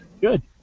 Good